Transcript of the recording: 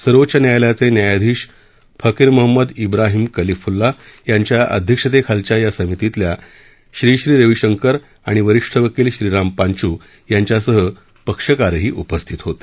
सर्वोच्च न्यायालयाचे न्यायाधीश फकीर मेहमद बोहिम कलीफुल्ला यांच्या अध्यक्षतेखालच्या या समितीतल्या श्री श्री रवीशंकर आणि वरिष्ठ वकील श्रीराम पांचू यांच्यासह पक्षकारही उपस्थित होते